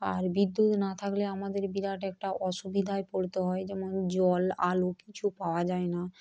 আর বিদ্যুৎ না থাকলে আমাদের বিরাট একটা অসুবিধায় পড়তে হয় যেমন জল আলো কিছু পাওয়া যায় না